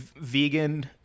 Vegan